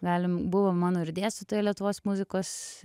galim buvo mano ir dėstytoja lietuvos muzikos